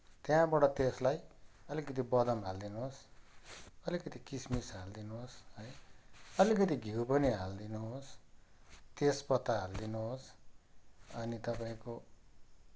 त्यहाँबाट त्यसलाई अलिकति बदम हालिदिनुहोस् अलिकति किसमिस हालिदिनुहोस् है अलिकति घिउ पनि हालिदिनुहोस् तेजपत्ता हालिदिनुहोस् अनि तपाईँको